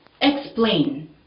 explain